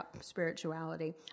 spirituality